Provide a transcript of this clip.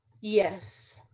Yes